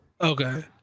Okay